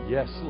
Yes